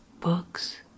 books